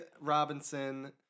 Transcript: robinson